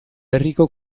herriko